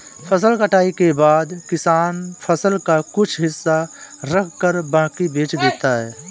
फसल कटाई के बाद किसान फसल का कुछ हिस्सा रखकर बाकी बेच देता है